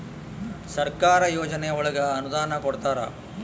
ಸರ್ಕಾರ ಯೋಜನೆ ಒಳಗ ಅನುದಾನ ಕೊಡ್ತಾರ